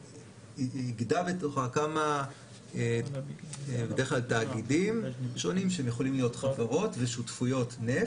שאיגדה בתוכה כמה תאגידים שונים שהם יכולים להיות חברות ושותפויות נפט,